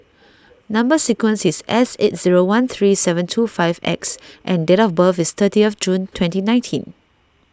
Number Sequence is S eight zero one three seven two five X and date of birth is thirty of June twenty nineteen